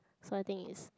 so I think is